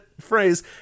phrase